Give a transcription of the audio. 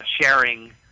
sharing